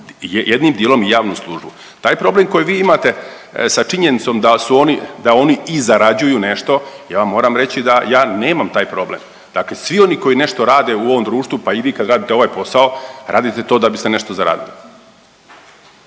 jednim dijelom i javnu službu. Taj problem koji vi imate sa činjenicom da su oni, da oni i zarađuju nešto, ja vam moram reći da ja nemam taj problem, dakle svi oni koji nešto rade u ovom društvu, pa i vi kad radite ovaj posao radite to da biste nešto zaradili.